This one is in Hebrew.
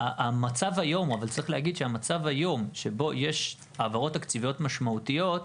אבל המצב היום שבו יש העברות תקציביות משמעותיות,